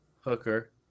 Hooker